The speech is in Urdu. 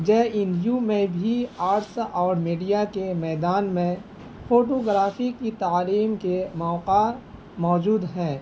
جے این یو میں بھی آرٹس اور میڈیا کے میدان میں فوٹوگرافی کی تعلیم کے موقع موجود ہیں